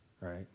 right